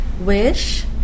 wish